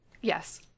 yes